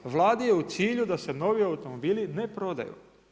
Vladi je u cilju da se novi automobili ne prodaju.